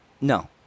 No